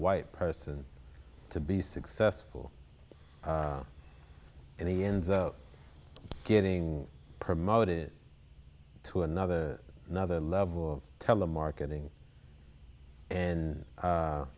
white person to be successful and he ends up getting promoted to another another level telemarketing and